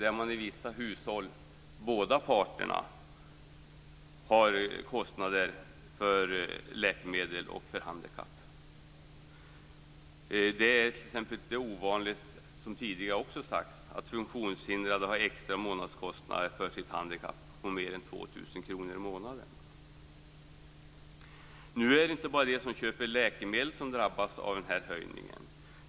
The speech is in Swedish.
I vissa hushåll har båda parter kostnader för läkemedel och handikapp. Det är t.ex. inte ovanligt att funktionshindrade har en extra månadskostnad för sitt handikapp på mer än 2 000 kr, som tidigare har sagts. Nu är det inte bara de som köper läkemedel som drabbas av den här höjningen.